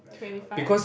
twenty five